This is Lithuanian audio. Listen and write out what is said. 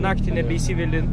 naktį nebeįsiveli